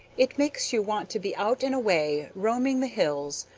it makes you want to be out and away, roaming the hills,